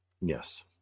Yes